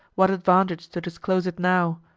what advantage to disclose it now!